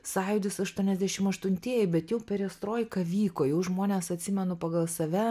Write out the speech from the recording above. sąjūdis aštuoniasdešim aštuntieji bet jau perestroika vyko jau žmonės atsimenu pagal save